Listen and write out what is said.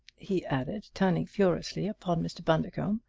he added, turning furiously upon mr. bundercombe.